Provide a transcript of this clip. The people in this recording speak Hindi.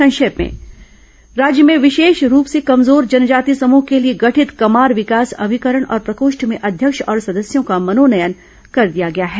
संक्षिप्त समाचार राज्य में विशेष रूप से कमजोर जनजाति समूह के लिए गठित कमार विकास अभिकरण और प्रकोष्ठ में अध्यक्ष और सदस्यों का मनोयन कर दिया गया है